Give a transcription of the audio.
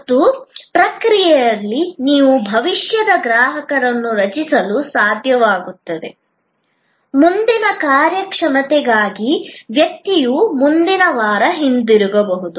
ಮತ್ತು ಪ್ರಕ್ರಿಯೆಯಲ್ಲಿ ನೀವು ಭವಿಷ್ಯದ ಗ್ರಾಹಕರನ್ನು ರಚಿಸಲು ಸಾಧ್ಯವಾಗುತ್ತದೆ ಮುಂದಿನ ಕಾರ್ಯಕ್ಷಮತೆಗಾಗಿ ವ್ಯಕ್ತಿಯು ಮುಂದಿನ ವಾರ ಹಿಂತಿರುಗಬಹುದು